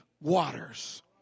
Waters